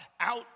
out